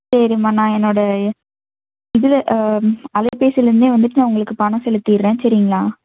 சரிம்மா நான் என்னோட இதில் அலைபேசிலிருந்தே வந்துட்டு நான் உங்களுக்கு பணம் செலுத்திடுறேன் சரிங்களா